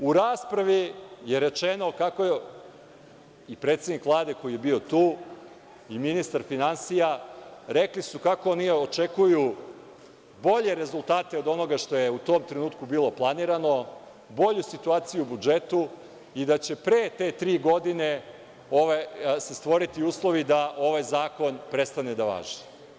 U raspravi je rečeno, i predsednik Vlade koji je bio tu, i ministar finansija, rekli su kako oni očekuju bolje rezultate od onoga što je u tom trenutku bilo planirano, bolju situaciju u budžetu i da će pre te tri godine se stvoriti uslovi da ovaj zakon prestane da važi.